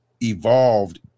evolved